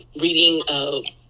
reading